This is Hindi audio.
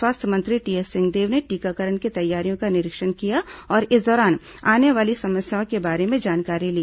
स्वास्थ्य मंत्री टीएस सिंहदेव ने टीकाकरण की तैयारियों का निरीक्षण किया और इस दौरान आने वाली समस्याओं के बारे में जानकारी ली